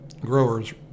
growers